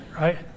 right